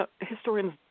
historians